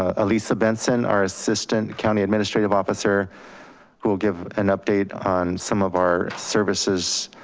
ah ellisa benson, our assistant county administrative officer, who will give an update on some of our services,